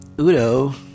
udo